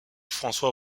françois